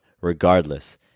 regardless